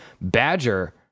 Badger